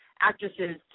actresses